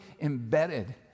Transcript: embedded